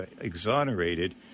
exonerated